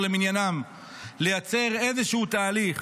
למניינם בהחלט נכון היה לייצר איזשהו תהליך